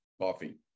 Coffee